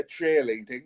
cheerleading